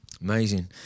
Amazing